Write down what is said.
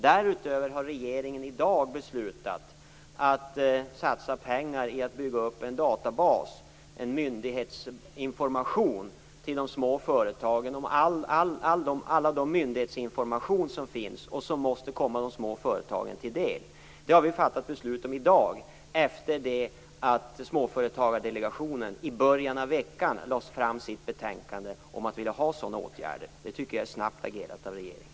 Därutöver har regeringen i dag beslutat att satsa pengar på att bygga upp en databas för de små företagen med all den myndighetsinformation som finns och som måste komma de små företagen till del. Det har vi fattat beslut om i dag efter det att Småföretagardelegationen i början av veckan lade fram sitt betänkande om att man ville ha sådana åtgärder. Det tycker jag är snabbt agerat av regeringen.